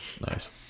Nice